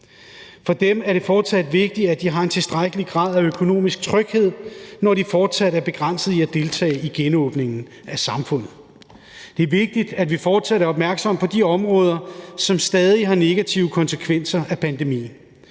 For dem er det fortsat vigtigt, at de har en tilstrækkelig grad af økonomisk tryghed, når de fortsat er begrænset i at deltage i genåbningen af samfundet. Det er vigtigt, at vi fortsat er opmærksomme på de områder, som stadig har negative konsekvenser af pandemien.